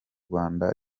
rwanda